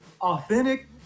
authentic